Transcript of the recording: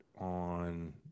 on